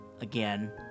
again